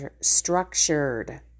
structured